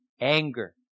anger